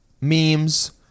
memes